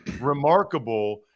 remarkable